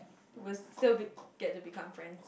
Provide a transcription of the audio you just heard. we'll still be get to become friend